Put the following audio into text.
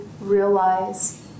realize